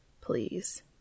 Please